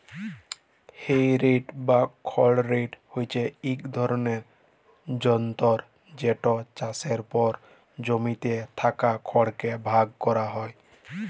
হে রেক বা খড় রেক হছে ইক ধরলের যলতর যেট চাষের পর জমিতে থ্যাকা খড়কে ভাগ ক্যরা হ্যয়